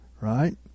right